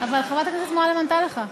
אבל חברת הכנסת מועלם ענתה לך.